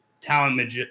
talent